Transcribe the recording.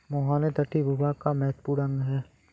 मुहाने तटीय भूभाग का महत्वपूर्ण अंग है